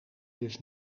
dus